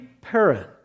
parent